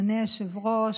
אדוני היושב-ראש,